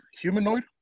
humanoid